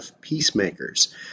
peacemakers